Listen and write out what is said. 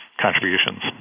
contributions